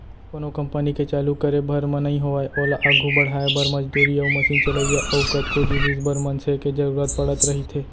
कोनो कंपनी के चालू करे भर म नइ होवय ओला आघू बड़हाय बर, मजदूरी अउ मसीन चलइया अउ कतको जिनिस बर मनसे के जरुरत पड़त रहिथे